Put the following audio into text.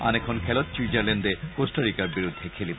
আন এখন খেলত ছুইজাৰলেণ্ড ক্টাৰিকাৰ বিৰুদ্ধে খেলিব